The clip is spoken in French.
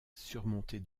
surmontée